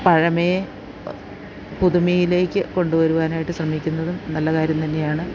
പഴമയെ പുതുമയിലേക്കു കൊണ്ടുവരുവാനായിട്ടു ശ്രമിക്കുന്നതും നല്ല കാര്യം തന്നെയാണ്